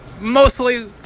Mostly